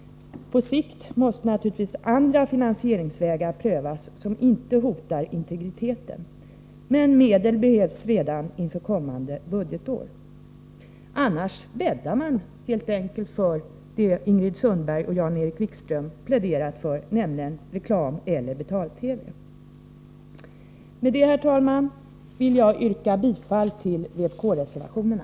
På sikt måste man naturligtvis pröva andra finansieringsvägar som inte hotar integriteten. Men medel behövs redan inför kommande budgetår. Annars bäddar man helt enkelt för det Ingrid Sundberg och Jan-Erik Wikström pläderat för, nämligen reklameller betal-TV. Med detta, herr talman, vill jag yrka bifall till vpk-reservationerna.